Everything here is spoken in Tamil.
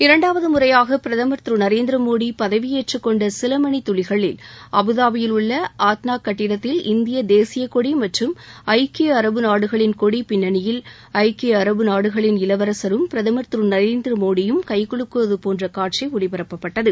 இரண்டாவது முறையாக பிரதமர் திரு நரேந்திரமோடி பதவியேற்றுக்கொண்ட சில மணி துளிகளில் அபுதாபியில் உள்ள ஆட்நாக் கட்டிடத்தில் இந்திய தேசிய கொடி மற்றும் ஐக்கிய அரபு நாடுகளின் கொடி பின்னணியில் ஐக்கிய அரபு நாடுகளின் இளவரசரும் திரு நரேந்திர மோடியும் கைக்குலுக்குவது போன்ற காட்சி ஒளிபரப்பப்பட்டது